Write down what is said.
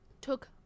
took